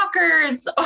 Walkers